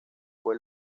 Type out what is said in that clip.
fue